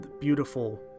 beautiful